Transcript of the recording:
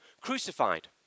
Crucified